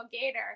gator